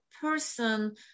person